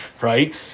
right